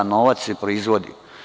Novac se proizvodi.